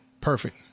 perfect